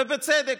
ובצדק,